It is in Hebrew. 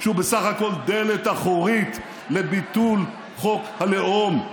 שהוא בסך הכול דלת אחורית לביטול חוק הלאום.